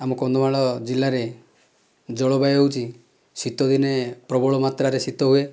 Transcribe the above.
ଆମ କନ୍ଧମାଳ ଜିଲ୍ଲାରେ ଜଳବାୟୁ ହେଉଛି ଶୀତଦିନେ ପ୍ରବଳ ମାତ୍ରାରେ ଶୀତ ହୁଏ